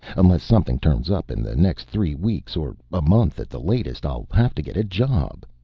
unless something turns up in the next three weeks, or a month at the latest, i'll have to get a job.